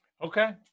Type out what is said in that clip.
Okay